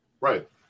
right